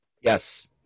Yes